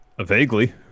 Vaguely